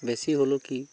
বেছি হ'লেও কি